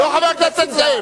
חבר הכנסת זאב.